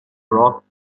rock